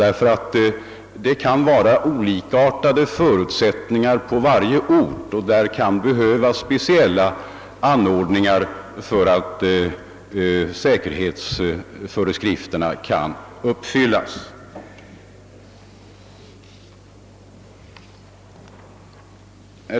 Förutsättningarna kan vara olikartade på varje ort, och speciella anordningar kan erfordras för att säkerhetsföreskrifterna skall uppfyllas.